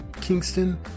Kingston